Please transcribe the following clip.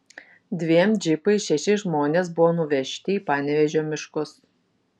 dviem džipais šeši žmonės buvo nuvežti į panevėžio miškus